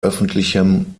öffentlichem